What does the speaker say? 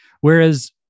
Whereas